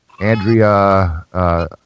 Andrea